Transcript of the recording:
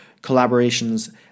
collaborations